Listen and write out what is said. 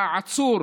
והעצור,